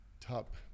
top